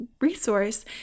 resource